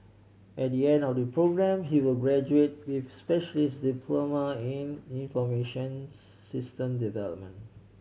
at the end of the programme he will graduate with a specialist diploma in information systems development